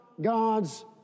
God's